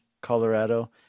Colorado